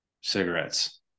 Cigarettes